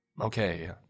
Okay